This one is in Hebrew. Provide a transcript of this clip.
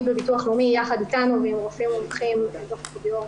בביטוח לאומי יחד איתנו ועם רופאים מומחים --- בעצם